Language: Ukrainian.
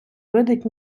видить